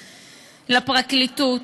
לפרקליטות,